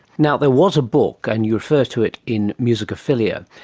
now there was a book and you refer to it in musicophilia,